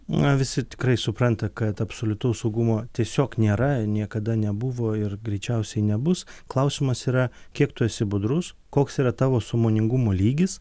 na visi tikrai supranta kad absoliutaus saugumo tiesiog nėra niekada nebuvo ir greičiausiai nebus klausimas yra kiek tu esi budrus koks yra tavo sąmoningumo lygis